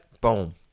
Boom